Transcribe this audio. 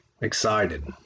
Excited